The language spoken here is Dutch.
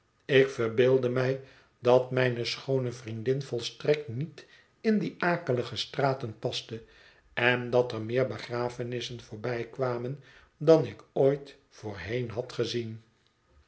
ik verbeeldde mij dat mijne schoone vriendin volstrekt niet in die akelige straten paste en dat er meer begrafenissen voorbijkwamen dan ik ooit voorheen had gezien